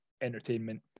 entertainment